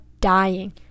dying